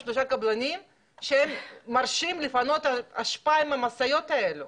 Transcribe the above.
שלושה קבלנים שמורשים לפנות אשפה עם המשאיות האלו.